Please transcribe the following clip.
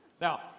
Now